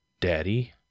Daddy